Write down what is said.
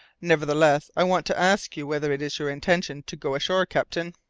nevertheless, i want to ask you whether it is your intention to go ashore, captain?